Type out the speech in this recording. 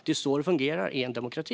Det är så det fungerar i en demokrati.